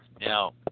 Now